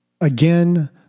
Again